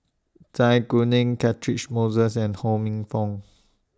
Zai Kuning Catchick Moses and Ho Minfong